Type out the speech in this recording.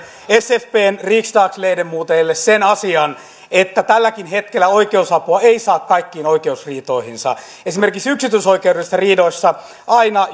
sfpn riksdagsledamoteille sen asian että tälläkään hetkellä oikeusapua ei saa kaikkiin oikeusriitoihinsa esimerkiksi yksityisoikeudellisissa riidoissa aina